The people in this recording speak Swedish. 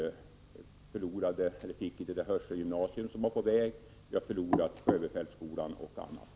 Vi fick inte det hörselgymnasium som var på väg. Vi förlorade sjöbefälsskolan och annat.